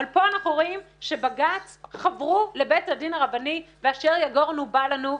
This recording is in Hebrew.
אבל פה אנחנו רואים שבג"ץ חבר לבית הדין הרבני ואשר יגורנו בא לנו.